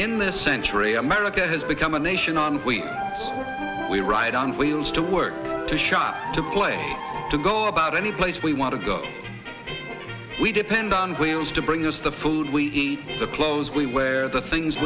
in this century america has become a nation on we we ride on wheels to work to shop to play to go about any place we want to go we depend on wheels to bring us the food we eat the clothes we wear the things